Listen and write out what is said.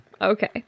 Okay